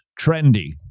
trendy